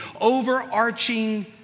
overarching